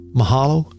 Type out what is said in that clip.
mahalo